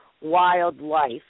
wildlife